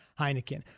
Heineken